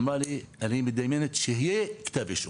היא אמרה לי: אני --- שיהיה כתב אישום.